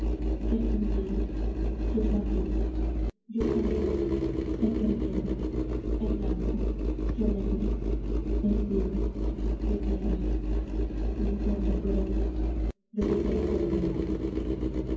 él guerrillero yo francés yo francés él guerrillero él blanco yo negro él cielo yo tierra si ese hombre fuera dios yo quisiera ser el demonio